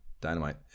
dynamite